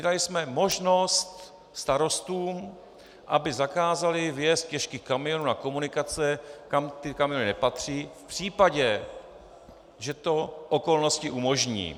Dali jsme možnost starostům, aby zakázali vjezd těžkých kamionů na komunikace, kam ty kamiony nepatří, v případě, že to okolnosti umožní.